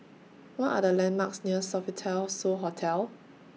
What Are The landmarks near Sofitel So Hotel